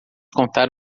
contar